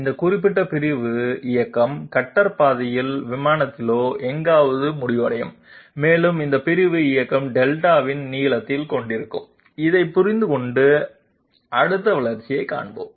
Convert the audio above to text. இந்த குறிப்பிட்ட பிரிவு இயக்கம் கட்டர் பாதையில் விமானத்திலேயே எங்காவது முடிவடையும் மேலும் இந்த பிரிவு இயக்கம் δ இன் நீளத்தையும் கொண்டிருக்கும் இதைப் புரிந்து கொண்டு அடுத்த வளர்ச்சியைக் காண்போம்